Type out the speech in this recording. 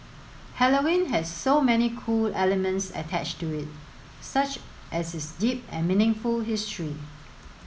Halloween has so many cool elements attached to it such as its deep and meaningful history